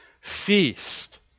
feast